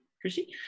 Chrissy